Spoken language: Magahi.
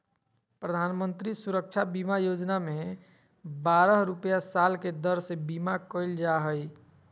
प्रधानमंत्री सुरक्षा बीमा योजना में बारह रुपया साल के दर से बीमा कईल जा हइ